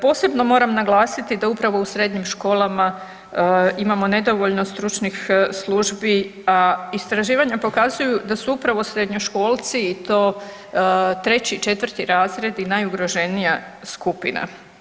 Posebno moram naglasiti da upravo u srednjim školama imamo nedovoljno stručnih službi, a istraživanja pokazuju da su upravo srednjoškolci i to 3 i 4 razredi najugroženija skupina.